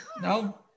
No